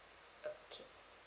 okay